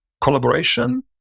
collaboration